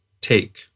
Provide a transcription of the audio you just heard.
take